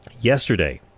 yesterday